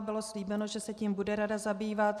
Bylo slíbeno, že se tím bude rada zabývat.